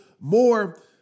more